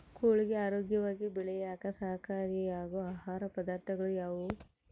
ಕೋಳಿಗೆ ಆರೋಗ್ಯವಾಗಿ ಬೆಳೆಯಾಕ ಸಹಕಾರಿಯಾಗೋ ಆಹಾರ ಪದಾರ್ಥಗಳು ಯಾವುವು?